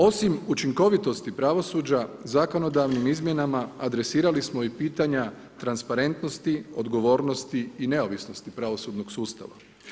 Osim učinkovitosti pravosuđa, zakonodavnim izmjenama adresirali smo i pitanja transparentnosti, odgovornosti i neovisnosti pravosudnog sustava.